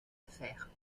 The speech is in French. affaire